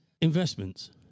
investments